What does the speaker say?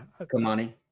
Kamani